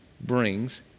brings